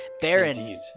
Baron